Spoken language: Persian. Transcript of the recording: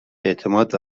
اعتماد